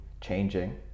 changing